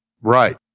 Right